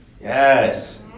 Yes